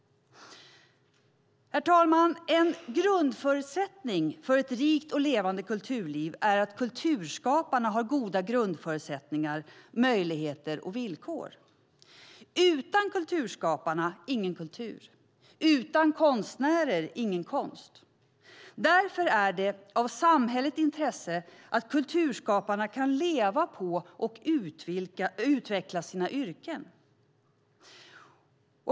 En av grundförutsättningarna för ett rikt och levande kulturliv är att kulturskaparna har goda grundförutsättningar, möjligheter och villkor. Utan kulturskaparna ingen kultur - utan konstnärer ingen konst. Därför är det av samhälleligt intresse att kulturskaparna kan leva på och utveckla sina yrken.